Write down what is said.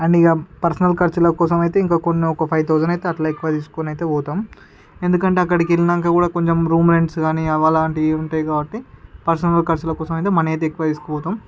and ఇగ personal ఖర్చుల కోసం అయితే ఇంకా కొన్ని ఫైవ్ థౌసండ్ అయితే అట్ల ఎక్కువ తీసుకొని అయితే పోతాం ఎందుకంటే అక్కడికి వెళ్లినాక కూడా కొంచెం రూంమేట్స్ అవి లాంటివి ఉంటాయ్ కాబట్టి పర్సనల్ ఖర్చుల కోసం మనీ అయితే ఎక్కువ తీసుకుపోతాం